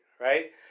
right